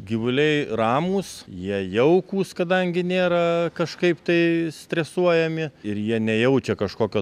gyvuliai ramūs jie jaukūs kadangi nėra kažkaip tai stresuojami ir jie nejaučia kažkokio